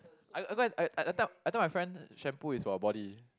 I I go and I I tell I tell my friend shampoo is for body